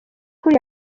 kuri